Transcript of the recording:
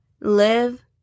live